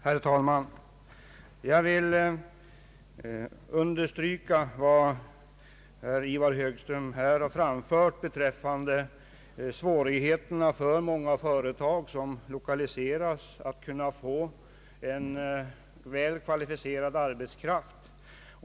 Herr talman! Jag vill understryka vad herr Ivar Högström har anfört beträffande svårigheterna för många företag som lokaliseras att kunna få en väl kvalificerad arbetskraft.